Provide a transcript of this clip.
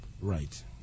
Right